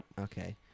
okay